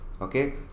Okay